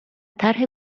طرح